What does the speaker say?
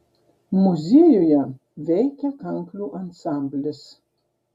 muziejuje veikia kanklių ansamblis